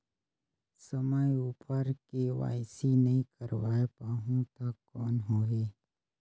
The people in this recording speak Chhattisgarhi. समय उपर के.वाई.सी नइ करवाय पाहुं तो कौन होही?